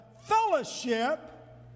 fellowship